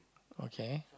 okay